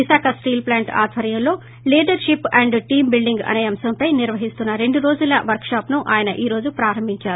Visakha steel plant ఆధ్వర్యంలో leadership and team building అసే అంశంపై నిర్వహిస్తున్న రెండు రోజుల వర్క్ షాప్ ను ఆయన ఈ రోజు ప్రారంభించారు